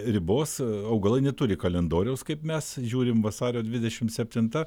ribos augalai neturi kalendoriaus kaip mes žiūrim vasario dvidešimt septinta